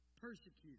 persecuted